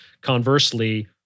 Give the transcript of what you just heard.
Conversely